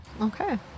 Okay